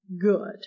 Good